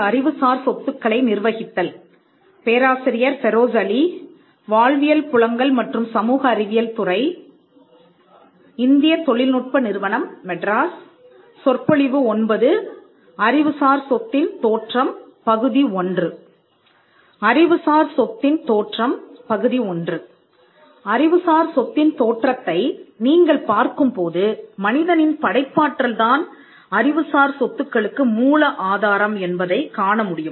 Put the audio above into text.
அறிவுசார் சொத்தின் தோற்றம் பகுதி 1 அறிவுசார் சொத்தின் தோற்றத்தை நீங்கள் பார்க்கும் போது மனிதனின் படைப்பாற்றல் தான் அறிவுசார் சொத்துக்களுக்கு மூல ஆதாரம் என்பதைக் காண முடியும்